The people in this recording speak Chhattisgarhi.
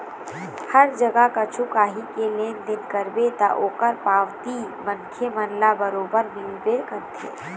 हर जगा कछु काही के लेन देन करबे ता ओखर पावती मनखे मन ल बरोबर मिलबे करथे